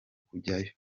kujyayo